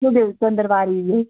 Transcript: تُلِو ژٔندٕروار یِیِو